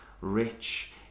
rich